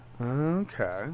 Okay